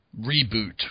reboot